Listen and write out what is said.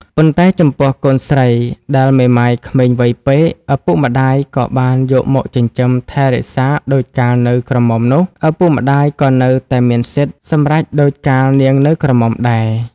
ប៉ុន្តែចំពោះកូនស្រីដែលមេម៉ាយក្មេងវ័យពេក ឪពុកម្ដាយក៏បានយកមកចិញ្ចឹមថែរក្សាដូចកាលនៅក្រមុំនោះ ឪពុកម្ដាយក៏នៅតែមានសិទ្ធិសម្រេចដូចកាលនាងនៅក្រមុំដែរ ។